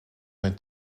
zijn